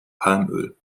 palmöl